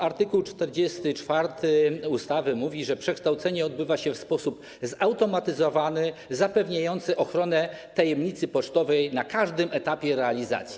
Art. 44 ustawy mówi, że przekształcenie odbywa się w sposób zautomatyzowany, zapewniający ochronę tajemnicy pocztowej na każdym etapie realizacji.